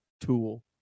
Tool